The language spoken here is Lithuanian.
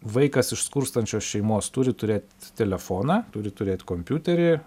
vaikas iš skurstančios šeimos turi turėt telefoną turi turėt kompiuterį